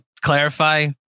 clarify